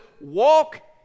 Walk